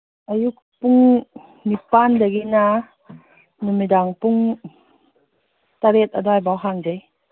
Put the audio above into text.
ꯑꯌꯨꯛ ꯄꯨꯡ ꯅꯤꯄꯥꯟꯗꯒꯤꯅ ꯅꯨꯃꯤꯗꯥꯡ ꯄꯨꯡ ꯇꯔꯦꯠ ꯑꯗꯨꯋꯥꯏ ꯕꯥꯎ ꯍꯥꯡꯖꯩ